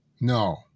No